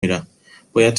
میرم، باید